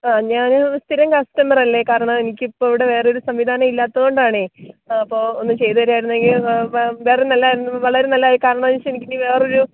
ആ ഞാൻ ഒരു സ്ഥിരം കസ്റ്റമറല്ലെ കാരണം എനിക്ക് ഇപ്പോൾ ഇവിടെ വേറെ ഒരു സംവിധാനം ഇല്ലാത്തത് കൊണ്ടാണ് അപ്പോൾ ഒന്നു ചെയ്തുതരുവായിരുന്നെങ്കിൽ വളരെ നല്ലതായിരുന്നു വളരെ നല്ലതായി കാരണം എന്ന് വെച്ചാൽ എനിക്ക് ഇനി വേറൊരു